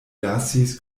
lasis